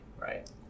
right